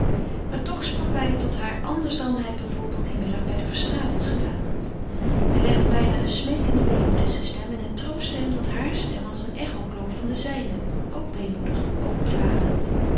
maar toch sprak hij tot haar anders dan hij bijvoorbeeld dien middag bij de verstraetens gedaan had hij legde bijna een smeekenden weemoed in zijne stem en het troostte hem dat hare stem als een echo klonk van de zijne ook weemoedig ook klagend